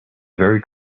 very